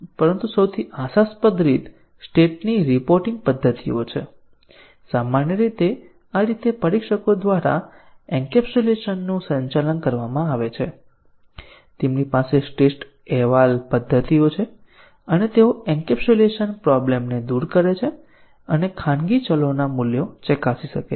પરંતુ સૌથી આશાસ્પદ રીત સ્ટેટની રિપોર્ટિંગ પદ્ધતિઓ છે અને સામાન્ય રીતે આ રીતે પરીક્ષકો દ્વારા એન્કેપ્સ્યુલેશનનું સંચાલન કરવામાં આવે છે તેમની પાસે સ્ટેટ અહેવાલ પદ્ધતિઓ છે અને તેઓ એન્કેપ્સ્યુલેશન પ્રોબ્લેમને દૂર કરે છે અને ખાનગી ચલોના મૂલ્યો ચકાસી શકે છે